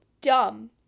dumb